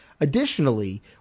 Additionally